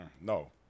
No